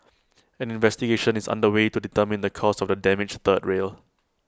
an investigation is under way to determine the cause of the damaged third rail